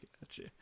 Gotcha